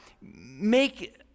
make